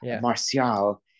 Martial